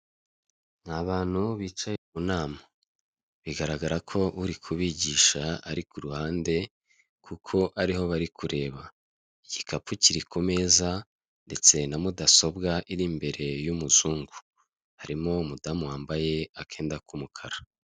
Ni abantu bicaye mu nama bigaragara ko uri kubigisha ari ku ruhande kuko ariho bari kureba, igikapu kiri ku meza ndetse na mudasobwa iri imbere y'umuzungu harimo umudamu wambaye akenda k'umukara.